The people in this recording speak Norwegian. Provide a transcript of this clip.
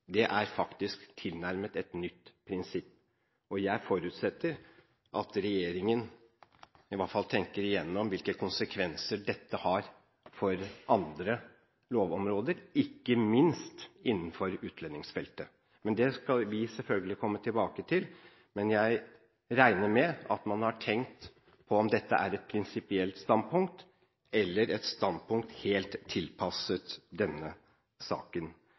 Det er et tilnærmet nytt prinsipp, og jeg forutsetter at regjeringen i hvert fall tenker igjennom hvilke konsekvenser dette har for andre lovområder, ikke minst innenfor utlendingsfeltet. Det skal vi selvfølgelig komme tilbake til, men jeg regner med at man har tenkt på om dette er et prinsipielt standpunkt eller et standpunkt helt tilpasset denne saken.